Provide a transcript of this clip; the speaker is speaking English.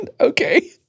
Okay